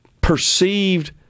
perceived